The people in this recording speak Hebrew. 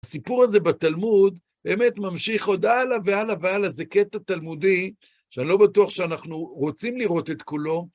הסיפור הזה בתלמוד באמת ממשיך עוד הלאה והלאה והלאה. זה קטע תלמודי, שאני לא בטוח שאנחנו רוצים לראות את כולו.